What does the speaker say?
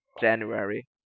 January